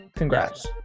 Congrats